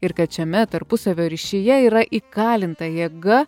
ir kad šiame tarpusavio ryšyje yra įkalinta jėga